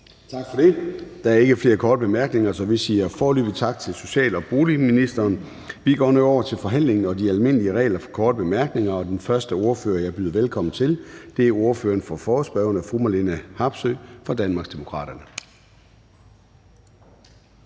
Tak for det. Der er ikke flere korte bemærkninger, så vi siger foreløbig tak til social- og boligministeren. Vi går nu over til forhandlingen og de almindelige regler for korte bemærkninger, og den første ordfører, jeg byder velkommen til, er ordføreren for forespørgerne, fru Marlene Harpsøe fra Danmarksdemokraterne.